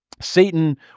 Satan